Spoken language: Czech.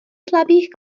slabých